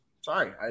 sorry